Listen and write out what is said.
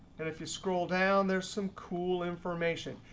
and if you scroll down, there's some cool information.